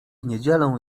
niedzielę